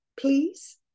please